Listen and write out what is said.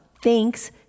thanks